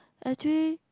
actually